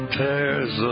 tears